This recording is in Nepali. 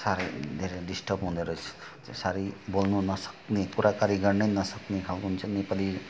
साह्रै धेरै डिसटर्ब हुँदो रहेछ साह्रै बोल्नु नसक्ने कुराकानी गर्नै नसक्ने ठाउँमा चाहिँ नेेपाली